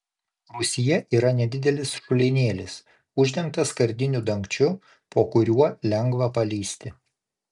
rūsyje yra nedidelis šulinėlis uždengtas skardiniu dangčiu po kuriuo lengva palįsti